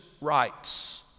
rights